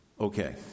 Okay